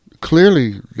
clearly